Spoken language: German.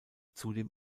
zudem